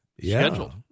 scheduled